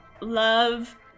love